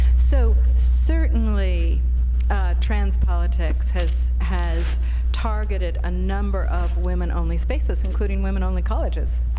so certainly trans politics has has targeted a number of women-only spaces, including women-only colleges,